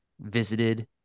visited